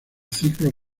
ciclos